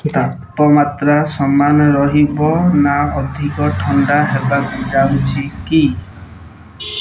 ତାପମାତ୍ରା ସମାନ ରହିବ ନା ଅଧିକ ଥଣ୍ଡା ହେବାକୁ ଯାଉଛି କି